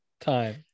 time